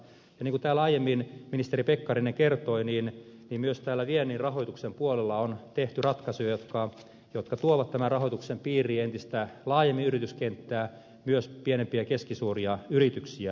ja niin kuin täällä aiemmin ministeri pekkarinen kertoi myös viennin rahoituksen puolella on tehty ratkaisuja jotka tuovat tämän rahoituksen piiriin entistä laajemmin yrityskenttää myös pienempiä ja keskisuuria yrityksiä